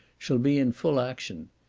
shall be in full action.